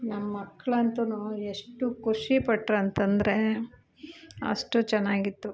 ನಮ್ಮ ಮಕ್ಕಳಂತು ಎಷ್ಟು ಖುಷಿಪಟ್ರು ಅಂತಂದರೆ ಅಷ್ಟು ಚೆನ್ನಾಗಿತ್ತು